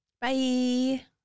Bye